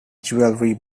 jewellery